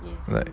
like